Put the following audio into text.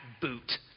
boot